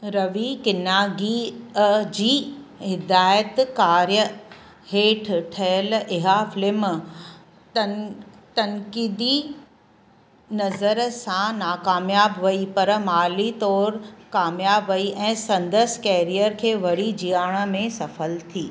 रवि किन्नागीअ जी हिदायतकार्य हेठि ठहियलु इहा फ़िलिम तं तंक़ीदी नज़र सां नाकामियाब वयी पर माली तौर कामयाबु वयी ऐं संदसि केरियर खे वरी जीआरण में सफल थी